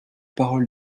parole